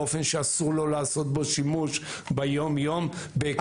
באופן שאסור לו לעשות בו שימוש ביומיום בהיקפים?